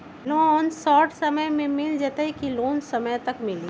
Loan short समय मे मिल जाएत कि लोन समय तक मिली?